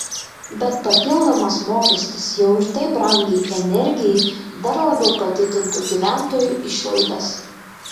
bet papildomas mokestis jau ir taip brangiai energijai dar labiau padidintų gyventojų išlaidas